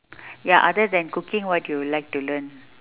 ya other than cooking what you like to learn